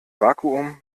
vakuum